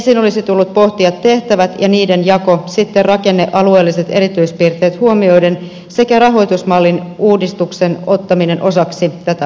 ensin olisi tullut pohtia tehtävät ja niiden jako sitten rakenne alueelliset erityispiirteet huomioiden sekä rahoitusmallin uudistuksen ottaminen osaksi tätä prosessia